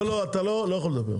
לא, לא, אתה לא יכול לדבר.